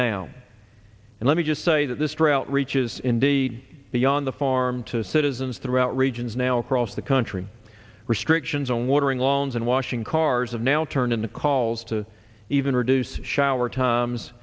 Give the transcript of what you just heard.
now and let me just say that this trail reaches indeed beyond the farm to citizens throughout regions now across the country restrictions on watering lawns and washing cars have now turned into calls to even reduce shower times